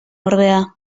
ordea